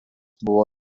buvo